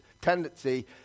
tendency